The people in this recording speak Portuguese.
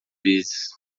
vezes